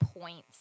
points